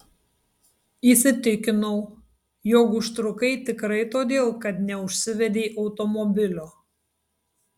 įsitikinau jog užtrukai tikrai todėl kad neužsivedei automobilio